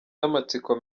n’amatsiko